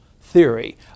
theory